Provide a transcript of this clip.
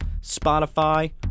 Spotify